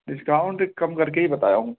discount کم کر کے ہی بتایا ہوں